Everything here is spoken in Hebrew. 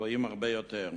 גבוהים הרבה יותר.